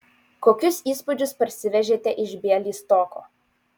kokius įspūdžius parsivežėte iš bialystoko